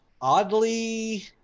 oddly